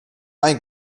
ein